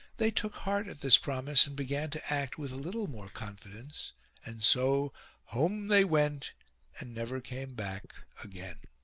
they took heart at this promise and began to act with a little more confidence and so home they went and never came back again.